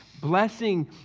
blessing